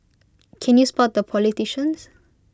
can you spot the politicians